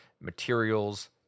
materials